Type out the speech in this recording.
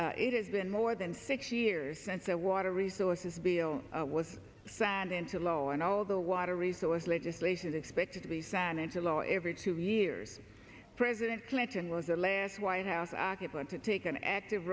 changes it has been more than six years since a water resources bill was signed into law and all the water resource legislation expected to be sent into law every two years president clinton was the last white house occupant to take an active